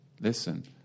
Listen